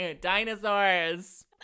dinosaurs